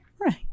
Right